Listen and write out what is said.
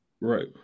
Right